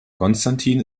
konstantin